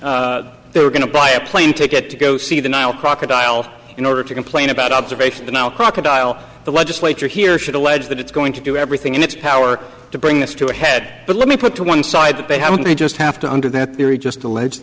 that they were going to buy a plane ticket to go see the nile crocodile in order to complain about observational crocodile the legislature here should allege that it's going to do everything in its power to bring this to a head but let me put to one side that they haven't they just have to under their theory just allege